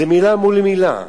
זה מלה מול מלה.